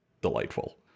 delightful